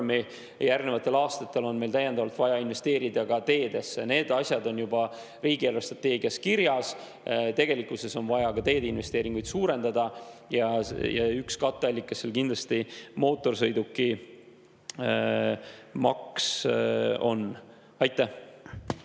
Järgnevatel aastatel on täiendavalt vaja investeerida ka teedesse. Need asjad on juba riigi eelarvestrateegias kirjas. Tegelikkuses on vaja teedeinvesteeringuid suurendada ja üks katteallikas on seal kindlasti mootorsõidukimaks. Aitäh!